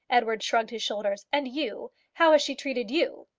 edouard shrugged his shoulders. and you how has she treated you?